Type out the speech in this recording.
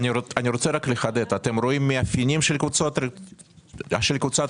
אתם רואים מאפיינים של קבוצות ריכוז,